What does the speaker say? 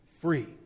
free